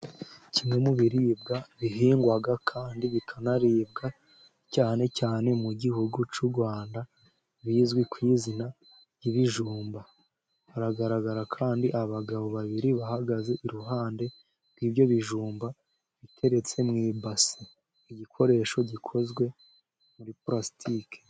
Kimwe mu biribwa bihingwa kandi bikanaribwa cyane cyane mu gihugu cy'u Rwanda bizwi ku izina ry'bijumba, haragaragara kandi abagabo babiri bahagaze iruhande rw'ibyo bijumba, biteretse mu ibasi, igikoresho gikozwe muri pulasitiki.